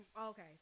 Okay